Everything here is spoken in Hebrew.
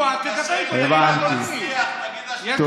אמסלם, חבר הכנסת אמסלם,